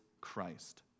Christ